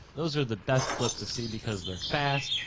those are the best clips to see because they're fast,